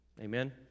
Amen